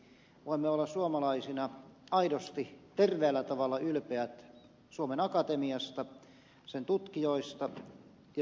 voimme olla suomalaisina aidosti terveellä tavalla ylpeät suomen akatemiasta sen tutkijoista ja tuloksista